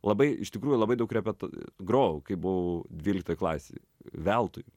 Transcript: labai iš tikrųjų labai daug repeta grojau kai buvau dvyliktoj klasėj veltui